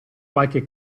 qualche